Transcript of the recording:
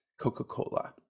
Coca-Cola